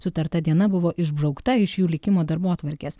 sutarta diena buvo išbraukta iš jų likimo darbotvarkės